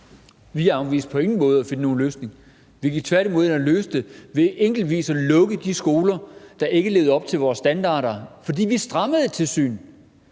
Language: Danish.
Vi afviste på ingen måde at finde en løsning. Tværtimod gik vi ind og løste det ved enkeltvis at lukke de skoler, der ikke levede op til vores standarder. For vi strammede et tilsyn,